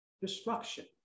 destruction